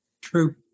True